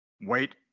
wait